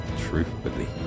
truthfully